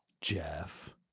Jeff